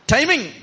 Timing